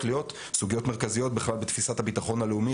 להיות סוגיות מרכזיות בכלל בתפיסת הביטחון הלאומי.